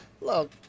Look